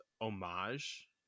homage